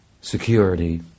security